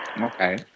Okay